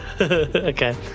Okay